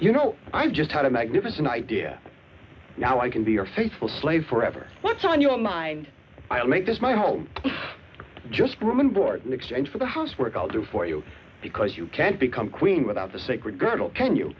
you know i've just had a magnificent idea now i can be your faithful slave forever what's on your mind i'll make this my home just room and board in exchange for the housework i'll do for you because you can't become queen without the sacred girdle